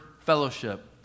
fellowship